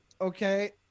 okay